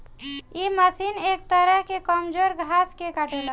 इ मशीन एक तरह से कमजोर घास के काटेला